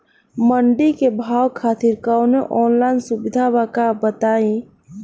मंडी के भाव खातिर कवनो ऑनलाइन सुविधा बा का बताई?